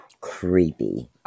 creepy